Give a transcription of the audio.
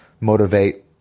motivate